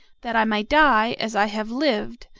that i may die, as i have lived,